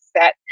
set